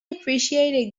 appreciate